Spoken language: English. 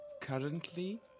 Currently